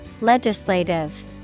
Legislative